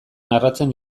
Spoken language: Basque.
narratzen